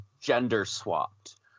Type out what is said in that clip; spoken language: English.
gender-swapped